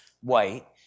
white